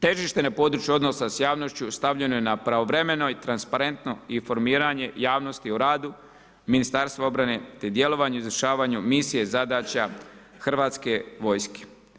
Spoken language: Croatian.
Težište je na području odnosa s javnošću stavljeno je na pravovremeno i transparentno informiranje javnosti o radu Ministarstva obrane te djelovanje u izvršavanju misije, zadaća Hrvatske vojske.